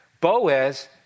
Boaz